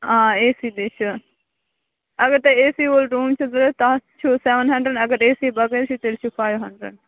آ A C تہِ چھُ اگر تۄہہِ اے سی وول روٗم چھِ ضوٚرَتھ تَتھ چھُوسٮ۪ون ہَنٛڈرنٛڈ اگر اے سی بَغٲر چھُ تیٚلہِ چھُ فایِو ہَنٛڈرنٛڈ